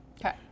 Okay